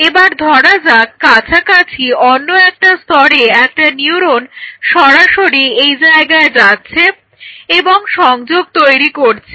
এবার ধরা যাক কাছাকাছি অন্য একটা স্তরে একটা নিউরন সরাসরি এই জায়গায় যাচ্ছে এবং সংযোগ তৈরি করছে